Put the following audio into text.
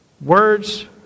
Words